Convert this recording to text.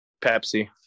Pepsi